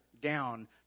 down